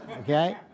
okay